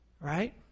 right